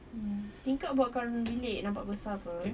mm tingkap buatkan bilik nampak besar apa